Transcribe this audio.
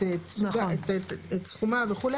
את סכומה וכו'.